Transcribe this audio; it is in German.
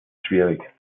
schwierig